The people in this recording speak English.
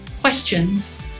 questions